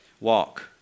Walk